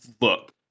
look